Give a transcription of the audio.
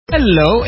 Hello